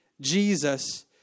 Jesus